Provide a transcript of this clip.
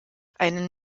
einen